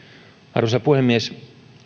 arvoisa puhemies